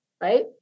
Right